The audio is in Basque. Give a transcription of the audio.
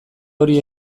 hori